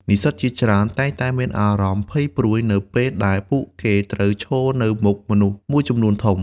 និស្សិតជាច្រើនតែងតែមានអារម្មណ៍ភ័យព្រួយនៅពេលដែលពួកគេត្រូវឈរនៅមុខមនុស្សមួយចំនួនធំ។